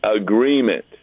agreement